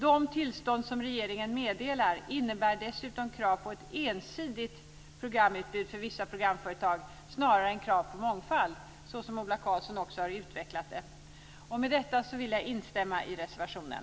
De tillstånd som regeringen meddelar innebär dessutom krav på ett ensidigt programutbud för vissa programföretag snarare än krav på mångfald, såsom Ola Karlsson också har utvecklat det. Med detta vill jag instämma i reservationen.